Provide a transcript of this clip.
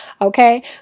Okay